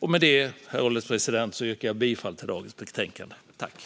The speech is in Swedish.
Herr ålderspresident! Jag yrkar bifall till utskottets förslag.